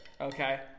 Okay